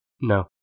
No